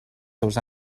seus